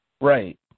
Right